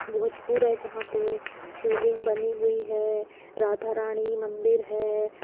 भोजपुर है जहाँ पे शिवलिंग बनी हुई है राधा रानी मंदिर है